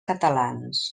catalans